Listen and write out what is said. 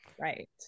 right